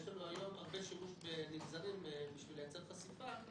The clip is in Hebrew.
יש לנו היום הרבה שימוש בנגזרים בשביל לייצר חשיפה,